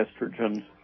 estrogen